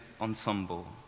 ensemble